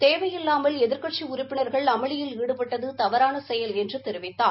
தேவையில்லாமல் எதிர்க்கட்சி உறுப்பினர்கள் அமளியில் ஈடுபட்டது தவறான செயல் என்று தெரிவித்தார்